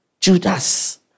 Judas